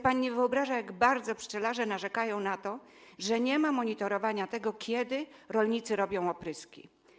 Pan sobie nie wyobraża, jak bardzo pszczelarze narzekają na to, że nie ma monitorowania tego, kiedy rolnicy robią opryski.